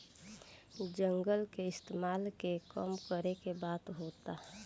जंगल के इस्तेमाल के कम करे के बात होता